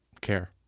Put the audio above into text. care